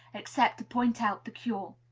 except to point out the cure.